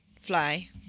fly